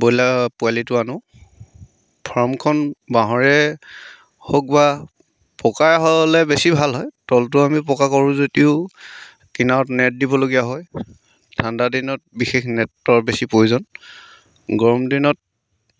broiler পোৱালিটো আনো ফাৰ্মখন বাঁহৰে হওক বা পকাই হ'লে বেছি ভাল হয় তলটো আমি পকা কৰোঁ যদিও কিনাৰত নেট দিবলগীয়া হয় ঠাণ্ডা দিনত বিশেষ নেটৰ বেছি প্ৰয়োজন গৰম দিনত